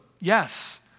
yes